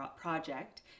project